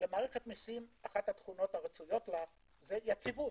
למערכת מיסים אחת התכונות הרצויות לה זה יציבות.